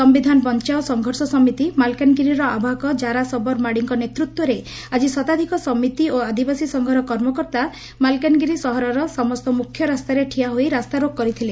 ସ୍ଯିଧାନ ବଂଚାଅ ସଂଘର୍ଷ ସମିତି ମାଲକାନଗିରିର ଆବାହକ ଜାରା ଶବର ମାଡ଼ିଙ୍କ ନେତୃତ୍ୱରେ ଆଜି ଶତାଧିକ ସମିତି ଓ ଆଦିବାସୀ ସଂଘର କର୍ମକର୍ତା ମାଲକାନଗିରି ସହରର ସମସ୍ତ ମୂଖ୍ୟ ରାସ୍ତାରେ ଠିଆ ହୋଇ ରାସ୍ତାରୋକ କରିଥିଲେ